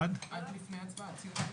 עד לפני הצבעה, עד סיום הדיון.